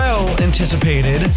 Well-anticipated